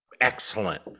excellent